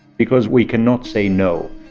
because we cannot say no.